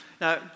Now